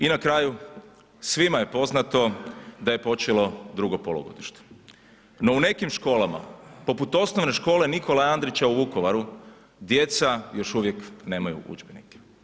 I na kraju, svima je poznato da je počelo drugo polugodište no u nekim školama poput OS Nikole Andrića u Vukovaru, djeca još uvijek nemaju udžbenike.